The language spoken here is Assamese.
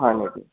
হয় নেকি